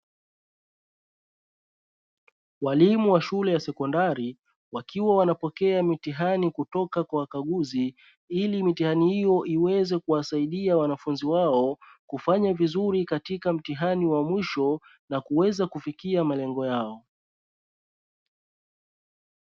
Walimu wa shule ya sekondari wakiwa wanapokea mitihani kutoka kwa wakaguzi, ili mitihani hiyo iweze kuwasaidia wanafunzi wao kufanya vizuri katika mtihani wa mwisho na kuweza kufikia malengo yao.